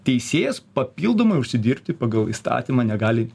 teisėjas papildomai užsidirbti pagal įstatymą negali